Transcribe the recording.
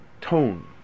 tone